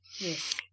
Yes